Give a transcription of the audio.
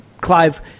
Clive